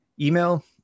Email